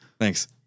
Thanks